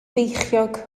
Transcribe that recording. feichiog